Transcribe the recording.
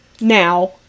now